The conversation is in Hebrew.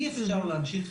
אי אפשר להמשיך